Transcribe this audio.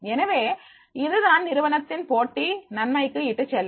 எனவே இதுதான் நிறுவனத்தின் போட்டி நன்மைக்கு இட்டுச் செல்லும்